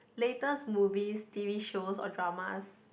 latest movies t_v shows or dramas